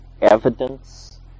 evidence